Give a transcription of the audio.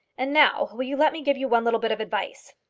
and now will you let me give you one little bit of advice?